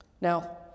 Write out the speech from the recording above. Now